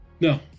No